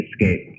escape